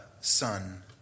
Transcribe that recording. son